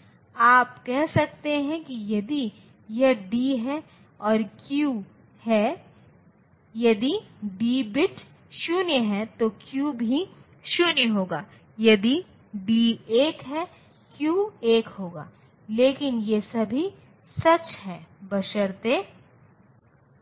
इसलिए हमने उन संख्याओं को देखा है जिन्हें वे कंप्यूटर सिस्टम में संग्रहीत कर सकते हैं या यदि प्रोसेसर उन्हें 2's कॉपलेमेंट नंबर सिस्टम का उपयोग करके संसाधित कर सकता है लेकिन प्रसंस्करण करने के लिए हमें कुछ सर्किटरी